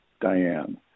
Diane